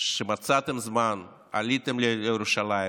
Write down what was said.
שמצאתם זמן ועליתם לירושלים.